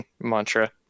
mantra